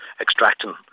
extracting